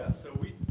so we